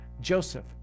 Joseph